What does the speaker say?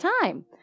time